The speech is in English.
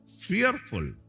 fearful